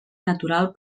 natural